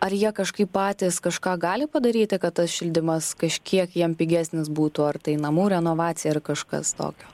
ar jie kažkaip patys kažką gali padaryti kad tas šildymas kažkiek jiem pigesnis būtų ar tai namų renovacija ar kažkas tokio